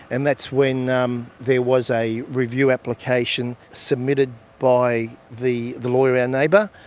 and that's when um there was a review application submitted by the the lawyer, our neighbour.